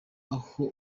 aho